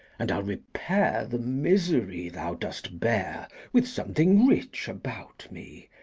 and i'll repair the misery thou dost bear with something rich about me.